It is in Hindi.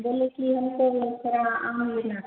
बोले कि हमको सर आम लेना था